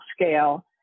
scale